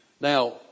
Now